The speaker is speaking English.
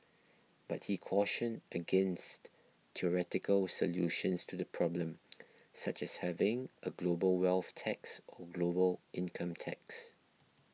but he cautioned against theoretical solutions to the problem such as having a global wealth tax or global income tax